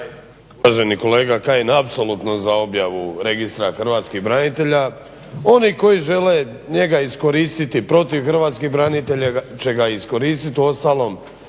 Uvaženi kolega Kajin, apsolutno za objavu registra hrvatskih branitelja. Oni koji žele njega iskoristiti protiv hrvatskih branitelja će ga iskoristiti. Uostalom